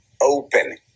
open